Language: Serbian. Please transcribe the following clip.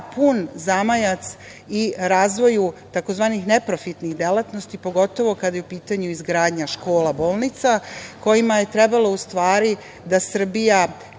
pun zamajac i razvoju takozvanih neprofitnih delatnosti, pogotovo kada je u pitanju izgradnja škola, bolnica, kojima je trebalo je, u stvari, da Srbija